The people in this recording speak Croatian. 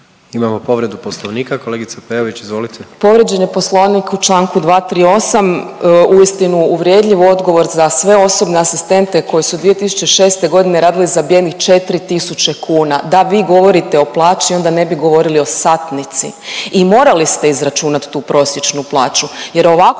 Imamo povredu Poslovnika kolegica Peović, izvolite. **Peović, Katarina (RF)** Povrijeđen je Poslovnik u članku 238. Uistinu uvredljiv odgovor za sve osobne asistente koji su 2006. godine radili za bijednih 4000 kuna. Da, vi govorite o plaći onda ne bi govorili o satnici. I morali ste izračunati tu prosječnu plaću, jer ovako